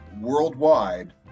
worldwide